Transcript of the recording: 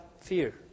fear